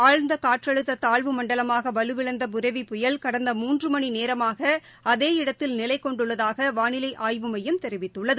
ஆழ்ந்தகாற்றழுத்ததாழ்வுமண்டலமாகவலுவிழந்த புரெவி புயல் கடந்த மூன்றுமணிநேரமாகஅதே இடத்தில் நிலைகொண்டுள்ளதாகவாளிலைஆய்வு மையம் தெரிவித்துள்ளது